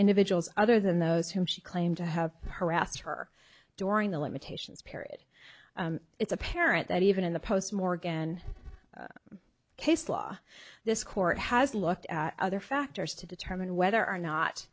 individuals other than those whom she claimed to have harassed her during the limitations period it's apparent that even in the post morgan case law this court has looked at other factors to determine whether or not